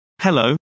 Hello